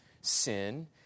sin